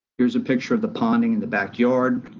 here's a picture of the ponding in the backyard.